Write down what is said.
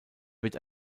wird